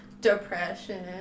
Depression